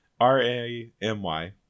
R-A-M-Y